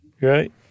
Right